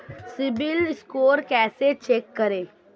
CIBIL score कैसे check करें?